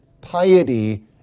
piety